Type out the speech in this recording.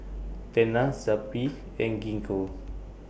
Tena Zappy and Gingko